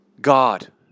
God